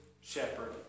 shepherd